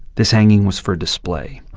this hanging was for display.